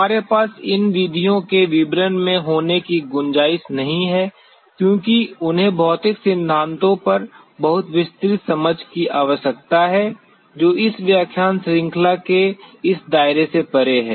हमारे पास इन विधियों के विवरण में होने की गुंजाइश नहीं है क्योंकि उन्हें भौतिक सिद्धांतों पर बहुत विस्तृत समझ की आवश्यकता है जो इस व्याख्यान श्रृंखला के इस दायरे से परे हैं